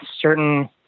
certain